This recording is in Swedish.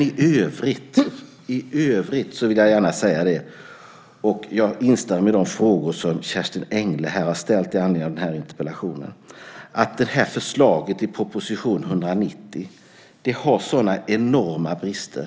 I övrigt vill jag gärna säga - jag instämmer i de frågor som Kerstin Engle ställt i samband med interpellationen - att förslaget i proposition 190 har enorma brister.